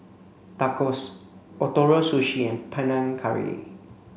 Tacos Ootoro Sushi and Panang Curry